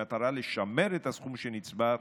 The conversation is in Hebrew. במטרה לשמר את הסכום שנצבר,